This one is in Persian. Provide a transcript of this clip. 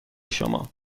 شما